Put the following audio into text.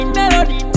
melody